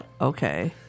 okay